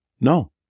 No